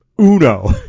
Uno